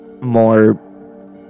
more